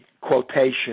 quotation